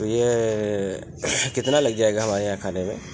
تو یہ کتنا لگ جائے گا ہمارے یہاں کھانے میں